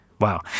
Wow